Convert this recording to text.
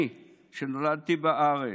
אני נולדתי בארץ,